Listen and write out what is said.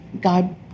God